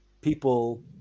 people